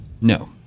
No